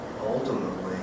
ultimately